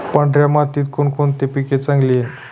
पांढऱ्या मातीत कोणकोणते पीक चांगले येईल?